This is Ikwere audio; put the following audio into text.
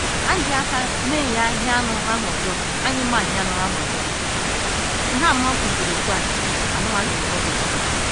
an ji aker ne yin ehennu ren he wa ojor han mo kwudoru tan anu wa yo kwudo mako